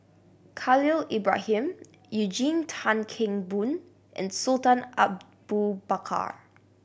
Khalil Ibrahim Eugene Tan Kheng Boon and Sultan Abu Bakar